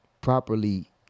properly